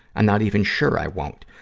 i'm not even sure i won't.